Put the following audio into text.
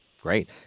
Great